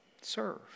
serve